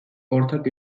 ortak